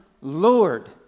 Lord